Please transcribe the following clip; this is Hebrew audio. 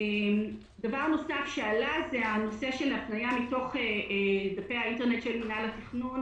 דבר נוסף שעלה הוא הפניה מתוך דפי האינטרנט של מינהל התכנון,